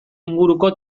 inguruko